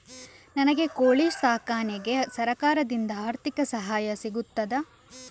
ನನಗೆ ಕೋಳಿ ಸಾಕಾಣಿಕೆಗೆ ಸರಕಾರದಿಂದ ಆರ್ಥಿಕ ಸಹಾಯ ಸಿಗುತ್ತದಾ?